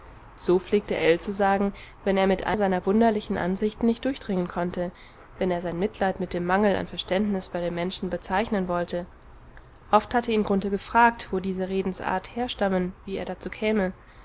so pflegte ell zu sagen wenn er mit einer seiner wunderlichen ansichten nicht durchdringen konnte wenn er sein mitleid mit dem mangel an verständnis bei den menschen bezeichnen wollte oft hatte ihn grunthe gefragt wo diese redensart herstammen wie er dazu käme